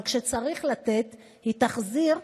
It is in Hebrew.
אבל כשצריך לתת, שהיא תחזיר,